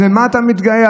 אז במה אתה מתגאה?